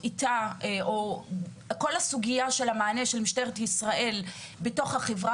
כל הסוגיה של המענה של משטרת ישראל בתוך החברה